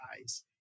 eyes